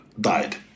died